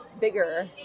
bigger